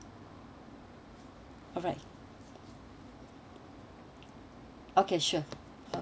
alright okay sure